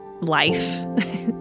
life